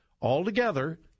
Altogether